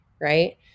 right